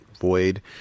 void